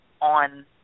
on